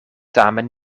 tamen